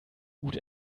gut